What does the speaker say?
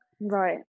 Right